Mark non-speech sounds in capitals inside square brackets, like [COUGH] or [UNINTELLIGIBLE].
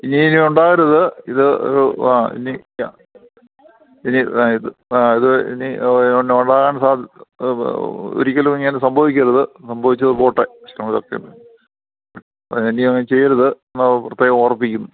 ഇനി ഇനി ഉണ്ടാവരുത് ഇത് ഇത് ആ ഇനി ആ ഇനി ഇത് ആ ഇത് ഇനി ഉണ്ടാവാൻ ഒരിക്കലും ഇങ്ങനെ സംഭവിക്കരുത് സംഭവിച്ചത് പോട്ടെ [UNINTELLIGIBLE] ആ ഇനി അങ്ങനെ ചെയ്യരുത് ഞാൻ പ്രത്യേകം ഓർമ്മിപ്പിക്കുന്നു